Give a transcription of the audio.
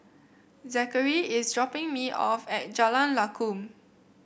Zakary is dropping me off at Jalan Lakum